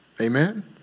Amen